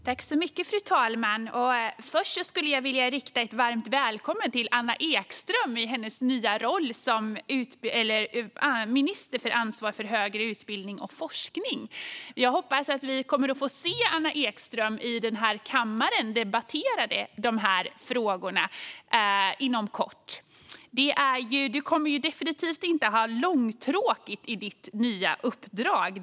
Fru talman! Först skulle jag vilja rikta ett varmt välkommen till Anna Ekström i hennes nya roll som minister med ansvar för högre utbildning och forskning. Jag hoppas att vi kommer att få se Anna Ekström debattera dessa frågor här i kammaren inom kort. Hon kommer definitivt inte att ha långtråkigt i sitt nya uppdrag.